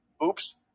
Oops